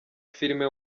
filime